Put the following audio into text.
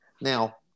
Now